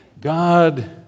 God